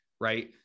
Right